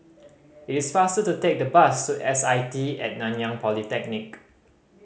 it is faster to take the bus to S I T At Nanyang Polytechnic